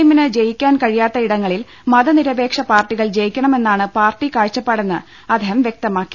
എമ്മിന് ജയിക്കാൻ കഴിയാ ത്തിടങ്ങളിൽ മതനിരപേക്ഷ പാർട്ടികൾ ജയിക്കണമെന്നാണ് പാർട്ടി കാഴ്ചപ്പാടെന്ന് അദ്ദേഹം വ്യക്തമാക്കി